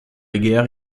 guerre